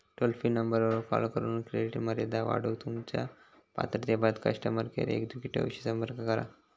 toll free नंबरवर call करून credit मर्यादा वाढवूक तुमच्यो पात्रतेबाबत कस्टमर केअर एक्झिक्युटिव्हशी संपर्क करा